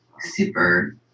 super